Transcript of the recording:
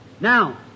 Now